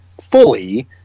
fully